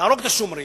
להרוג את השומרים,